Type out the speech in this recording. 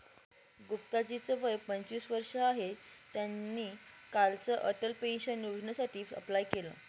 गुप्ता जी च वय पंचवीस वर्ष आहे, त्यांनी कालच अटल पेन्शन योजनेसाठी अप्लाय केलं